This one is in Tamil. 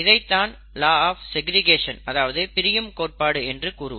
இதைத்தான் லா ஆஃப் செக்ரிகேஷன் அதாவது பிரியும் கோட்பாடு என்று கூறுவர்